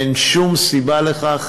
אין שום סיבה לכך.